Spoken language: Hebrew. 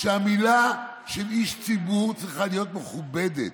שהמילה של איש ציבור צריכה להיות מכובדת,